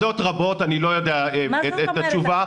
אחדות רבות, אני לא יודע את התשובה.